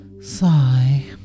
Sigh